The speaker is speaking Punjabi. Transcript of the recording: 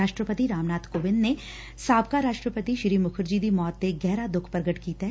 ਰਾਸ਼ਟਰਪਤੀ ਰਾਮਨਾਬ ਕੋਵਿੰਦ ਨੇ ਸਾਬਕਾ ਰਾਸ਼ਟਰਪਤੀ ਸ੍ਰੀ ਮੁਖਰਜੀ ਦੀ ਮੋਤ ਤੇ ਗਹਿਰਾ ਦੁੱਖ ਪ੍ਰਗਟ ਕੀਤੈ